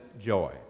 joy